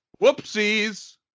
Whoopsies